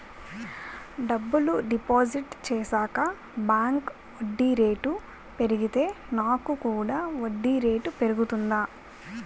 డబ్బులు డిపాజిట్ చేశాక బ్యాంక్ వడ్డీ రేటు పెరిగితే నాకు కూడా వడ్డీ రేటు పెరుగుతుందా?